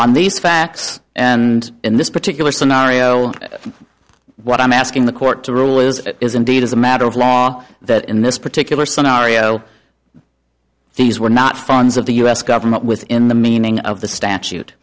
on these facts and in this particular scenario what i'm asking the court to rule is if it is indeed as a matter of law that in this particular scenario these were not funds of the u s government within the meaning of the statute